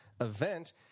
event